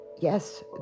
Yes